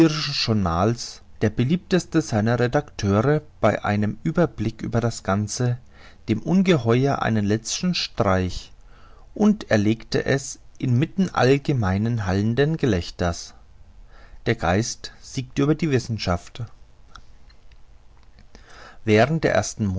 journals der beliebteste seiner redacteure bei einem ueberblick über das ganze dem ungeheuer einen letzten streich und erlegte es inmitten allgemeinen hallenden gelächters der geist siegte über die wissenschaft während der ersten